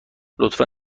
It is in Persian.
لطفا